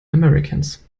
americans